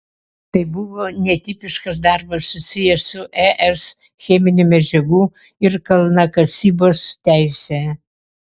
tai buvo netipiškas darbas susijęs su es cheminių medžiagų ir kalnakasybos teise